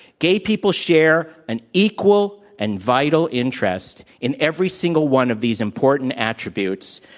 gay people share an equal and vital interest in every single one of these important attributes.